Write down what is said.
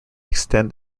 extend